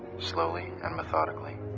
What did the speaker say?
islowly and methodically,